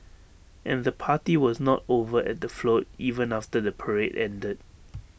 and the party was not over at the float even after the parade ended